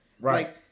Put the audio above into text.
Right